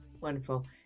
Wonderful